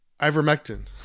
ivermectin